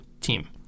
team